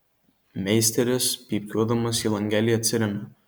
meisteris pypkiuodamas į langelį atsiremia